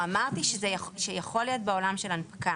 לא, אמרתי שזה יכול להיות בעולם של הנפקה.